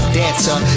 dancer